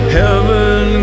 heaven